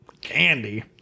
Candy